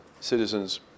citizens